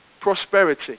prosperity